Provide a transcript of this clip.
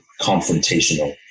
confrontational